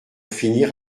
finir